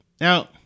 Now